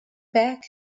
back